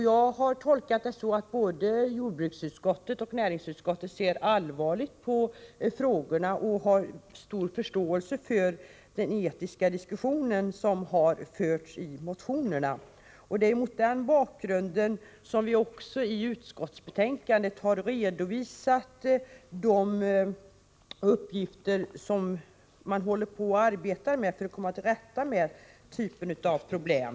Jag har tolkat detta så att både jordbruksutskottet och näringsutskottet ser allvarligt på dessa frågor och har stor förståelse för den etiska argumentationen i motionerna. Mot den bakgrunden har vi i utskottsbetänkandet redovisat det arbete som pågår för att komma till rätta med denna typ av problem.